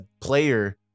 player